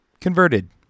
converted